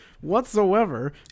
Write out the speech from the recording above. whatsoever